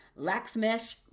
Laxmesh